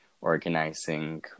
organizing